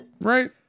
right